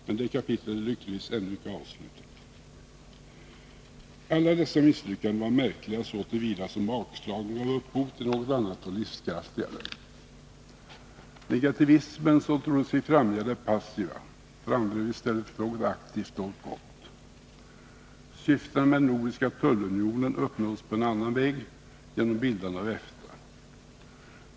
Men det kapitlet är lyckligtvis ännu icke avslutat. Alla dessa misslyckanden var märkliga så till vida som bakslagen gav upphov till något annat och livskraftigare. Negativismen, som trodde sig främja det passiva, framdrev i stället något aktivt, något gott. Syftena med den nordiska tullunionen uppnåddes på annan väg, genom bildandet av Efta.